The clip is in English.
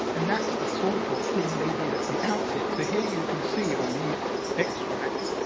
and that's the sort of thing they did at the outset. so here, you can see, on these extracts,